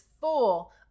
full